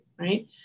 right